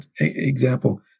example